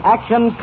Action